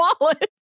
wallet